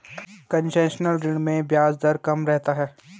concessional ऋण में ब्याज दर कम रहता है